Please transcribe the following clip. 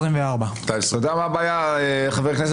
224. אני מגיע